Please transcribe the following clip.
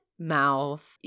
mouth